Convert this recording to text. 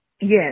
Yes